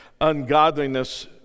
Ungodliness